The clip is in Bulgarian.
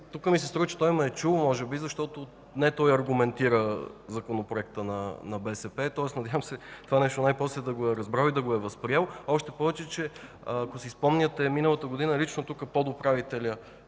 Тук ми се струва, че той ме е чул може би, защото не той аргументира Законопроекта на БСП, тоест, надявам се това нещо най-после да го е разбрал и да го е възприел, още повече, че ако си спомняте, миналата година лично тук подуправителят